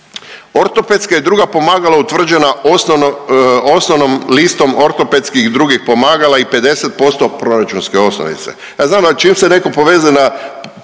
Ortopedska i druga pomagala utvrđena osnovnom listom ortopedskih i drugih pomagala i 50% proračunske osnovice.